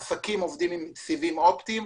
עסקים עובדים עם סיבים אופטיים,